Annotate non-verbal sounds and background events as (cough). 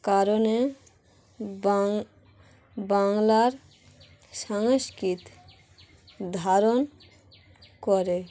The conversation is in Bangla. কারণে (unintelligible) বাংলার সংস্কৃতি ধারণ করে